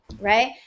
right